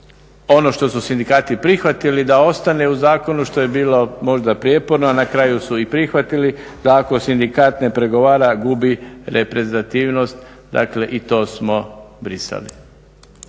ono što su sindikati prihvatili da ostane u zakonu što je bilo možda prijeporno a na kraju su i prihvatili da ako sindikat ne prigovora gubi reprezentativnost, dakle i to smo brisali.